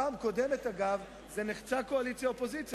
בפעם הקודמת, אגב, זה נחצה קואליציה-אופוזיציה.